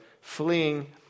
fleeing